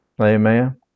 Amen